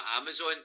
Amazon